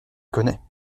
connais